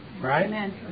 right